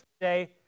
today